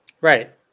Right